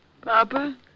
Papa